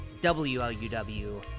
WLUW